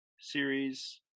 series